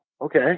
okay